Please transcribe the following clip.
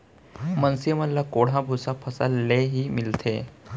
मनसे मन ल कोंढ़ा भूसा फसल ले ही मिलथे